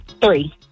Three